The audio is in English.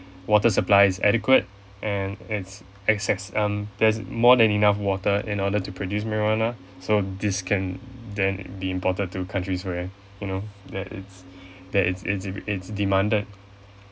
water supply is adequate and it's excess um there's more than enough water in order to produce marijuana so this can then be imported to countries where you know where it's there it's there it's it's it's it's demanded